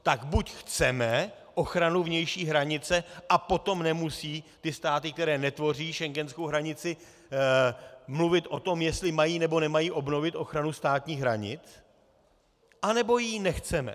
Tak buď chceme ochranu vnější hranice, a potom nemusí státy, které netvoří schengenskou hranici, mluvit o tom, jestli mají, nebo nemají obnovit ochranu státních hranic, nebo ji nechceme.